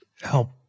help